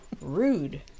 Rude